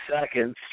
seconds